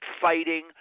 fighting